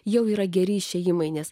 jau yra geri išėjimai nes